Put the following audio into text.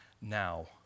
now